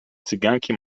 cyganki